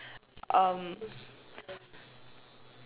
um